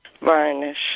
Varnish